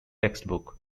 textbook